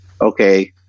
okay